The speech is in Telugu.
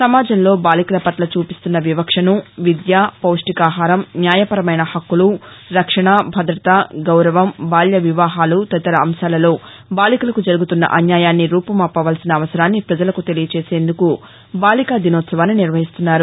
సమాజంలో బాలికలపట్ల చూపిస్తున్న వివక్షను విద్య పౌష్టికాహారం న్యాయపరమైన హక్కులు రక్షణ భద్రత గౌరవం బాల్య వివాహాలు తదితర అంశాలలో బాలికలకు జరుగుతున్న అన్యాయాన్ని రూపుమాపవలసిన అవసరాన్ని పజలకు తెలియచేసేందుకు బాలికా దినోత్సవాన్ని నిర్వహిస్తున్నారు